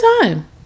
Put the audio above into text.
time